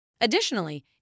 Additionally